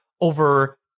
over